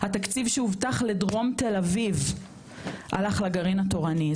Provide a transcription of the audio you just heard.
התקציב שהובטח לדרום תל אביב הלך לגרעין התורני,